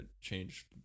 change